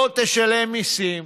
לא תשלם מיסים,